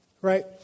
right